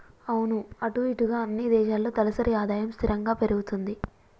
అవును అటు ఇటుగా అన్ని దేశాల్లో తలసరి ఆదాయం స్థిరంగా పెరుగుతుంది